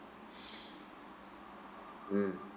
mm